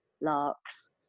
larks